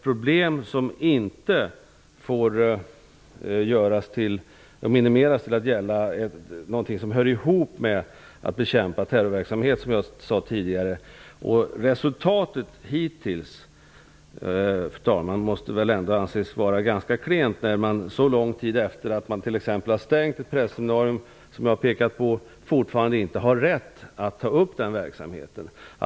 Problemet får inte minimeras till att gälla något som hör ihop med bekämpandet av terrorverksamhet, som jag tidigare sade. Resultatet hittills, fru talman, måste väl ändå anses vara ganska klent. Som jag har pekat på har man efter så lång tid efter att ett prästseminarium har stängts fortfarande inte rätt att återuppta verksamheten.